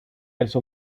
else